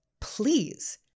Please